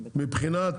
מבחינת